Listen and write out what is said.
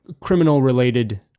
criminal-related